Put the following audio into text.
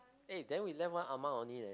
eh then we left one ah ma only leh